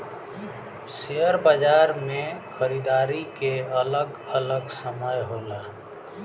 share बाजार मे खरीदारी के अलग अलग समय होला